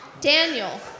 Daniel